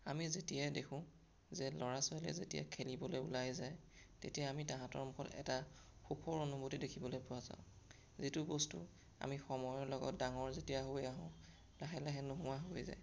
আমি যেতিয়াই দেখোঁ যে ল'ৰা ছোৱালীয়ে যেতিয়া খেলিবলৈ ওলাই যায় তেতিয়া আমি তাহাঁতৰ মুখত এটা সুখৰ অনুভূতি দেখিবলৈ পোৱা যায় যিটো বস্তু আমি সময়ৰ লগত ডাঙৰ যেতিয়া হৈ আহোঁ লাহে লাহে নোহোৱা হৈ যায়